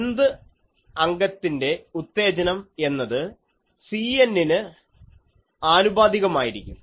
Nth അംഗത്തിന്റെ ഉത്തേജനം എന്നത് CN ന് ആനുപാതികമായിരിക്കും